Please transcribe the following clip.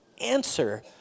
answer